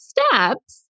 steps